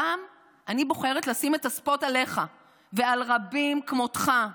הפעם אני בוחרת לשים את הספוט עליך ועל רבים כמותך.